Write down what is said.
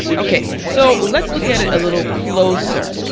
okay so let's look at it a little closer.